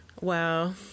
Wow